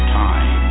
time